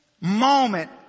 Moment